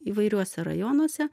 įvairiuose rajonuose